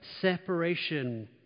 separation